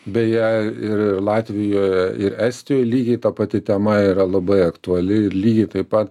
beje ir latvijoje ir estijoj lygiai ta pati tema yra labai aktuali ir lygiai taip pat